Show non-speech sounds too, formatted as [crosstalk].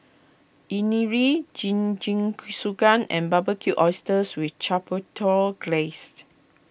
[unintelligible] Jingisukan and Barbecued Oysters with Chipotle Glaze [unintelligible]